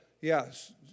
yes